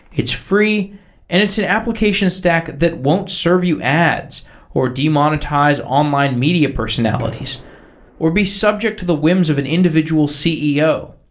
it's free and it's an application stack that won't serve you ads or demonetize online media personalities or be subject to the whims of an individual ceo.